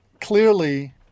clearly